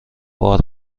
بار